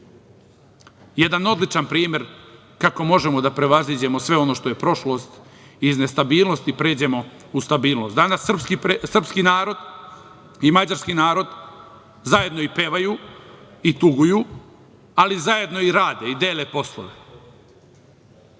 Jedan odličan primer kako možemo da prevaziđemo sve ono što je prošlost i iz nestabilnosti pređemo u stabilnost. Danas srpski narod i mađarski narod zajedno i pevaju i tuguju, ali zajedno i rade i dele poslove.Za